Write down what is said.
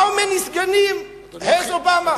How manyסגנים has Obama?